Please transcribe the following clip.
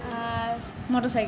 আর motor সাই